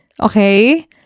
Okay